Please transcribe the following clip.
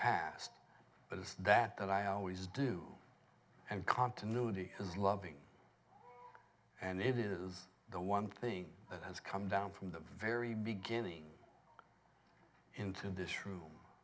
past but it's that that i always do and continuity is loving and it is the one thing that has come down from the very beginning into this